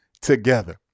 together